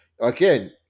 again